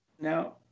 Now